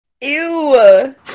Ew